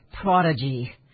prodigy